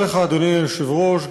תודה לך, אדוני היושב-ראש.